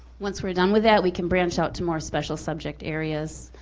once we're done with that, we can branch out to more special subject areas,